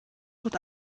wird